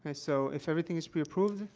so, if everything is preapproved,